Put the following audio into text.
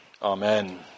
Amen